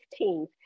15th